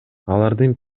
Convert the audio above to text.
алардын